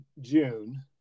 June